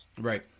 Right